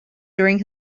during